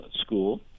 school